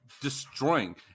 destroying